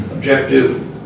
objective